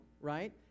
right